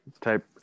type